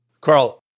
Carl